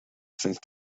since